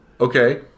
Okay